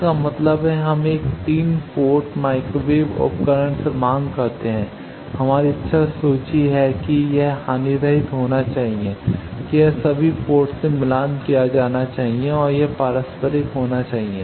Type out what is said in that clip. इसका मतलब है हम एक 3 पोर्ट माइक्रोवेव उपकरण से मांग करते हैं हमारी इच्छा सूची है कि यह हानिरहित होना चाहिए कि यह सभी पोर्ट से मिलान किया जाना चाहिए और यह पारस्परिक होना चाहिए